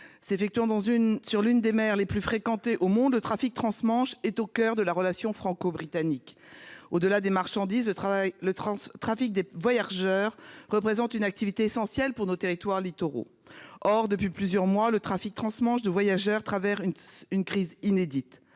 qui a cours sur l'une des mers les plus fréquentées au monde, est au coeur de la relation franco-britannique. Indépendamment du transport de marchandises, le trafic des voyageurs représente une activité essentielle pour nos territoires littoraux. Or, depuis plusieurs mois, le trafic transmanche de voyageurs traverse une crise inédite.